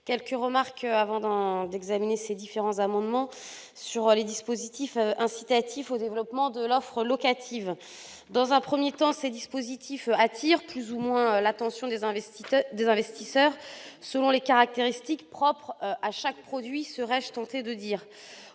quelques remarques sur l'article 39, c'est-à-dire sur les dispositifs incitatifs au développement de l'offre locative. Dans un premier temps, ces dispositifs attirent plus ou moins l'attention des investisseurs, selon les caractéristiques propres à chaque produit, serais-je tenté de dire.